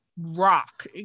Rock